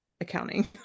accounting